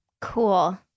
Cool